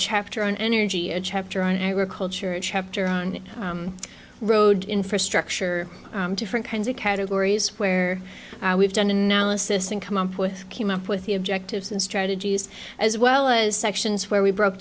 chapter on energy a chapter on agriculture a chapter on road infrastructure different kinds of categories where we've done analysis and come up with came up with the objectives and strategies as well as sections where we broke